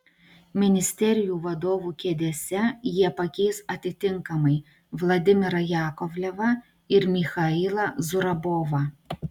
ministerijų vadovų kėdėse jie pakeis atitinkamai vladimirą jakovlevą ir michailą zurabovą